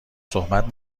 صحبت